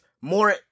more